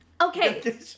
Okay